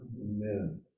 Amen